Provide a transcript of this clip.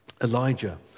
Elijah